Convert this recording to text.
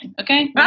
okay